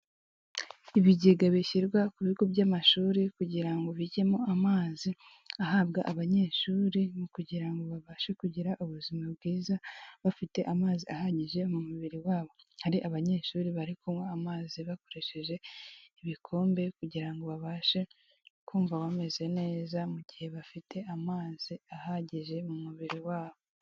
Ibigega bishyirwa ku bigo by'amashuri kugira ngo bijyemo amazi ahabwa abanyeshuri mu kugira ngo babashe kugira ubuzima bwiza bafite amazi ahagije mu mubiri wabo. Hari abanyeshuri bari kunywa amazi bakoresheje ibikombe kugira ngo babashe kumva bameze neza, mu gihe bafite amazi ahagije mu mubiri wabo.